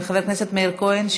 חבר הכנסת מאיר כהן,